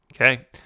Okay